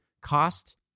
cost